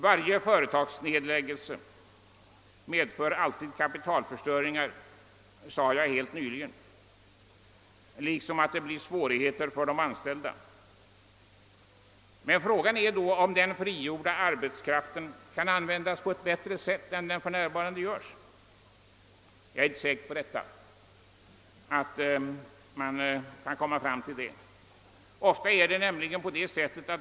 Varje företagsnedläggelse medför kapitalförstöring och svårigheter för de anställda, sade jag nyss. Men frågan är då om den frigjorda arbetskraften kan användas bättre än för närvarande. Jag är inte säker på att man kan dra den slutsatsen.